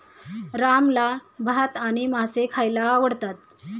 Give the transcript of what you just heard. रामला भात आणि मासे खायला आवडतात